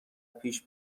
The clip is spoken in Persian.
پیش